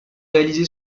réalisé